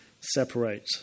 separate